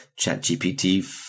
ChatGPT